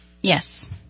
Yes